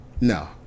no